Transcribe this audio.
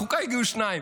לחוקה הגיעו שניים,